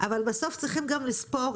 אבל בסוף צריכים גם לספור,